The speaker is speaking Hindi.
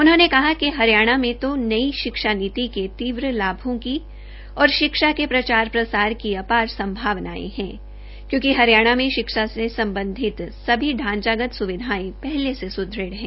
उन्होंने कहा कि हरियाणा में तो नई शिक्षा नीति के तीव्र लाभों की और शिक्षा के प्रचार प्रसार की अपार सम्भावनाएं हैं क्योंकि हरियाणा में शिक्षा से सम्बन्धित सभी ढांचागत सुविधाएं पहले से सुदृढ़ हैं